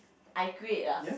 I create ah